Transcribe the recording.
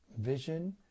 vision